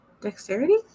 Dexterity